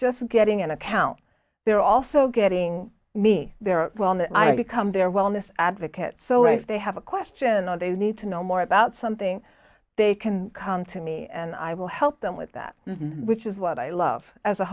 just getting an account they're also getting me there i become their wellness advocate so if they have a question or they need to know more about something they can come to me and i will help them with that which is what i love as a